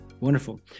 Wonderful